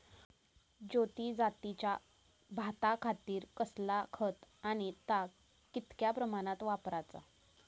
ज्योती जातीच्या भाताखातीर कसला खत आणि ता कितक्या प्रमाणात वापराचा?